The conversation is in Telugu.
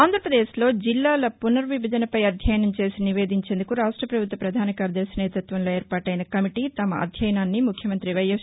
ఆంధ్రప్రదేశ్లో జిల్లాల పునర్విభజనపై అధ్యయనం చేసి నివేదించేందుకు రాష్ట్ల ప్రభుత్వ ప్రధాన కార్యదర్శి నేతృత్వంలో ఏర్పాటైన కమిటీ తమ అధ్యయనాన్ని ముఖ్యమంత్రి వైఎస్